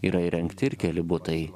yra įrengti ir keli butai